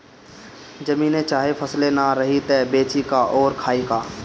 जमीने चाहे फसले ना रही त बेची का अउर खाई का